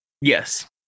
Yes